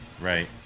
right